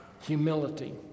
Humility